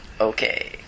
Okay